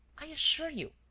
i assure you.